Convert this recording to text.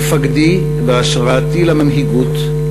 מפקדי והשראתי למנהיגות,